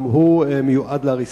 גם הוא מיועד להריסה.